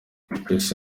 tracy